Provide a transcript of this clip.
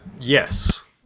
Yes